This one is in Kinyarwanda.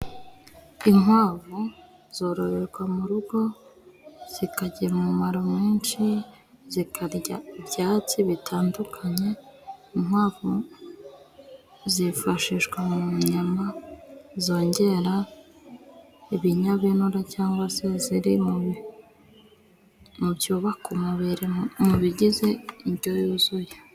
Inkwavu zororerwa mu rugo zikagira umumaro mwinshi, zikarya ibyatsi bitandukanye, inkwavu zifashishwa mu nyama zongera ibinyabinure cyangwa se ziri mu mu byubaka umubiri mu bigize indyo yuzuye.